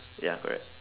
ya correct